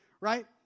right